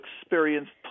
experienced